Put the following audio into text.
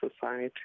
society